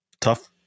Tough